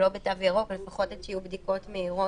אבל זה לא מספיק שאין את ההפניה ל-10(ב)(10)?